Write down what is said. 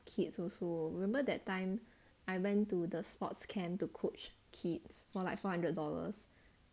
kids also remember that time I went to the sports camp to coach kids for like four hundred dollars